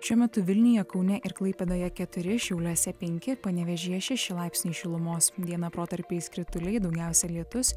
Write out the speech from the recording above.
šiuo metu vilniuje kaune ir klaipėdoje keturi šiauliuose penki panevėžyje šeši laipsniai šilumos dieną protarpiais krituliai daugiausia lietus